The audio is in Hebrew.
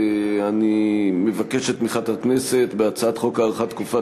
אני מבקש את תמיכת הכנסת בהצעת חוק הארכת תקופת